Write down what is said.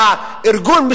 שהארגון,